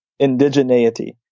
Indigeneity